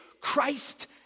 Christ